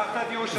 שכחת את ירושלים,